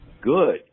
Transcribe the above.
good